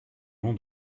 long